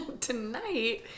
Tonight